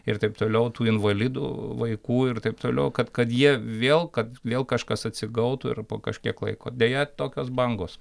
ir taip toliau tų invalidų vaikų ir taip toliau kad kad jie vėl kad vėl kažkas atsigautų ir po kažkiek laiko deja tokios bangos